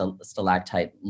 stalactite